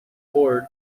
board